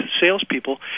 salespeople